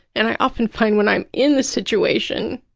and i often find, when i'm in the situation,